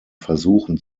versuchen